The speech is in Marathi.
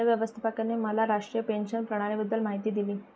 माझ्या व्यवस्थापकाने मला राष्ट्रीय पेन्शन प्रणालीबद्दल माहिती दिली